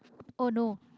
oh no